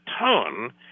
tone